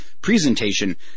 presentation